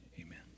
Amen